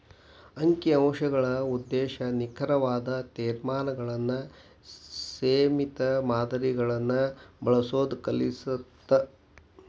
ಅಂಕಿ ಅಂಶಗಳ ಉದ್ದೇಶ ನಿಖರವಾದ ತೇರ್ಮಾನಗಳನ್ನ ಸೇಮಿತ ಮಾದರಿಗಳನ್ನ ಬಳಸೋದ್ ಕಲಿಸತ್ತ